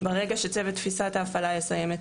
ברגע שצוות תפיסת ההפעלה יסיים את